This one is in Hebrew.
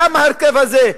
למה ההרכב הזה?